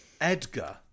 Edgar